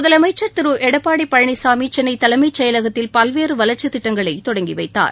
முதலமைச்சர் திரு எடப்பாடி பழனிசாமி சென்னை தலைமைச் செயலகத்தில் பல்வேறு வளர்ச்சித் திட்டங்களை தொடங்கிவைத்தார்